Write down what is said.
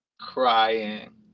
crying